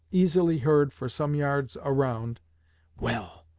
easily heard for some yards around well,